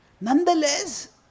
Nonetheless